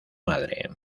madre